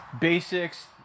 basics